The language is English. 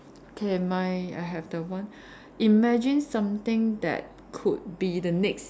K my I have the one imagine something that could be the next